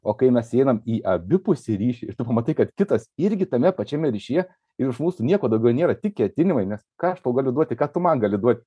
o kai mes įeinam į abipusį ryšį ir tu pamatai kad kitas irgi tame pačiame ryšyje ir iš mūsų nieko daugiau nėra tik ketinimai nes ką aš tau galiu duoti ką tu man gali duoti